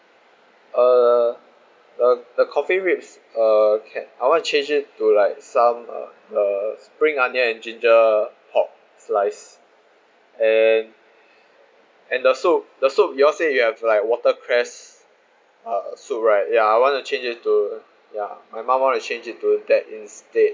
err the the coffee ribs err can I want to change it to like some uh uh spring onion and ginger pork slice and and the soup the soup y'all say you have like watercress uh soup right ya I want to change it to ya my mom want change it to that instead